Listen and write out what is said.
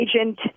agent